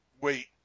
wait